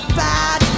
bad